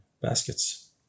baskets